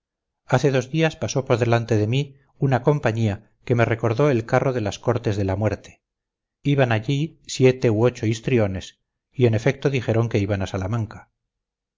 hace dos días pasó por delante de mí una compañía que me recordó el carro de las cortes de la muerte iban allí siete u ocho histriones y en efecto dijeron que iban a salamanca